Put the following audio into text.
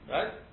Right